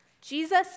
Jesus